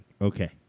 Okay